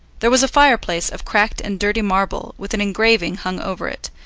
there was a fireplace of cracked and dirty marble with an engraving hung over it,